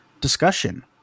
discussion